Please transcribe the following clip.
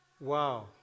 Wow